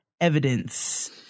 evidence